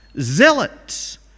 zealots